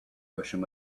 ocean